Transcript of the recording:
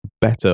better